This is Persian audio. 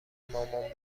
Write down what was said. مامان